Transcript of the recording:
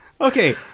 Okay